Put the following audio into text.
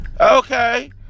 Okay